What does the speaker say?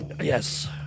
Yes